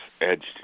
edged